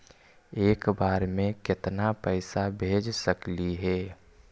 एक बार मे केतना पैसा भेज सकली हे?